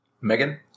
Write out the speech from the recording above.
Megan